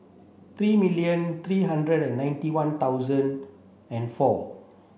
three million three hundred and ninety one thousand and four